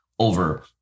over